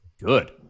good